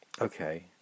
Okay